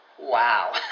wow